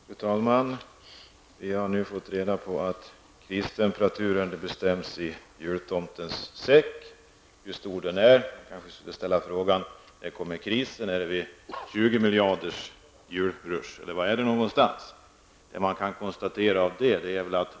Fru talman! Vi har nu fått reda på att kristemperaturen bestäms av storleken av jultomtens säck. Jag får kanske ställa frågan: När kommer krisen? Är det vid en julrusch som motsvarar 20 miljarder?